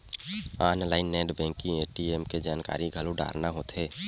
online net banking ATM के जानकारी घलो डारना होथे